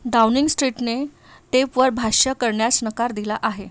Downing स्ट्रीटने टेपवर भाष्य करण्यास नकार दिला आहे